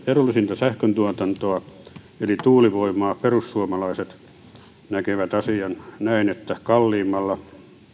edullisinta sähköntuotantoa eli tuulivoimaa perussuomalaiset näkevät asian näin että kalliimmalla